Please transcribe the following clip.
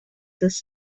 this